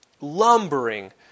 lumbering